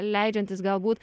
leidžiantis galbūt